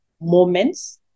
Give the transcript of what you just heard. moments